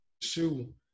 shoe